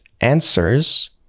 answers